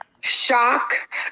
shock